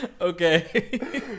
okay